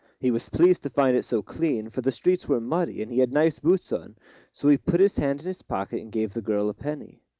he was pleased to find it so clean, for the streets were muddy, and he had nice boots on so he put his hand in his pocket, and gave the girl a penny.